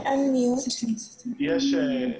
כן, יש.